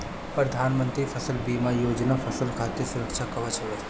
प्रधानमंत्री फसल बीमा योजना फसल खातिर सुरक्षा कवच हवे